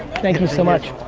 thank you so much.